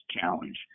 challenge